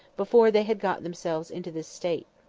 before they had got themselves into this state.